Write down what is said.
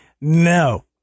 No